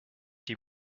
die